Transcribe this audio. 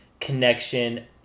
connection